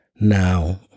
Now